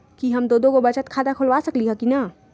कि हम दो दो गो बचत खाता खोलबा सकली ह की न?